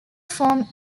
form